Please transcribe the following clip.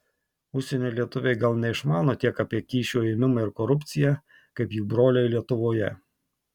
užsienio lietuviai gal neišmano tiek apie kyšių ėmimą ir korupciją kaip jų broliai lietuvoje